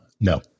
No